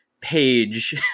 page